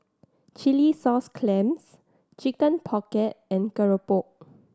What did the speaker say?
chilli sauce clams Chicken Pocket and keropok